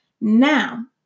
Now